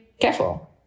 careful